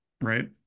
Right